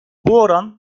oran